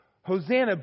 Hosanna